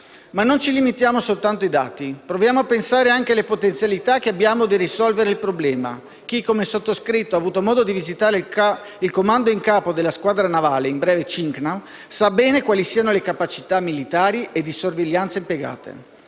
Non limitiamoci però soltanto ai dati, ma proviamo a pensare anche alle potenzialità che abbiamo per risolvere il problema. Chi, come il sottoscritto, ha avuto modo di visitare il Comando in capo della Squadra navale (Cincnav) sa bene quale siano le capacità militari e di sorveglianza impiegate.